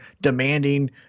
demanding